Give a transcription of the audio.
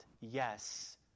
yes